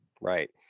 Right